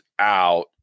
out